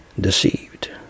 deceived